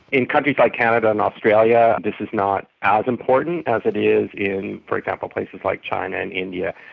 in countries like canada and australia, this is not as important as it is in, for example, places like china and india.